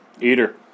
Eater